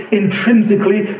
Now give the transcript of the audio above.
intrinsically